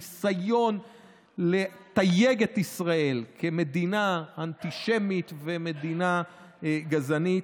ניסיון לתייג את ישראל כמדינה אנטישמית ומדינה גזענית.